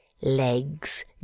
Legs